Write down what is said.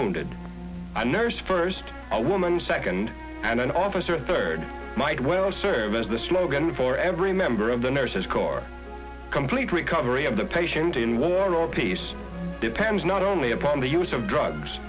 wounded a nurse first a woman second and an officer third might well serve as the slogan for every member of the nurses core complete recovery of the patient in war or peace depends not only upon the use of drugs